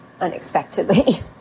unexpectedly